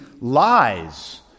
lies